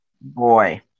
Boy